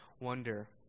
wonder